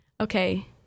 Okay